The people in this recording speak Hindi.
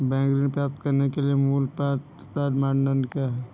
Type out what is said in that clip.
बैंक ऋण प्राप्त करने के लिए मूल पात्रता मानदंड क्या हैं?